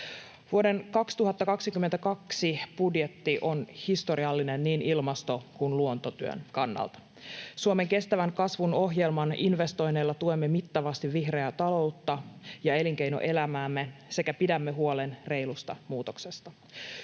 Vuoden 2022 budjetti on historiallinen niin ilmasto- kuin luontotyön kannalta. Suomen kestävän kasvun ohjelman investoinneilla tuemme mittavasti vihreää taloutta ja elinkeinoelämäämme sekä pidämme huolen reilusta muutoksesta.